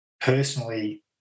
personally